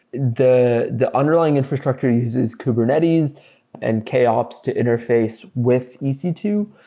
the the underlying infrastructure uses kubernetes and kops to interface with e c two,